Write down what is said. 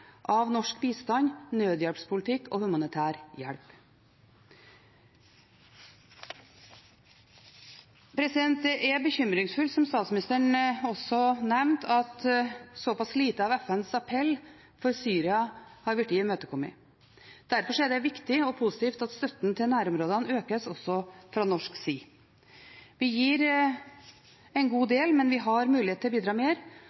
av norsk bistand, nødhjelpspolitikk og humanitær hjelp. Det er bekymringsfullt, som statsministeren også nevnte, at såpass lite av FNs appell for Syria har blitt imøtekommet. Derfor er det viktig og positivt at støtten til nærområdene økes også fra norsk side. Vi gir en god del, men vi har mulighet til å bidra mer,